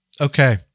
Okay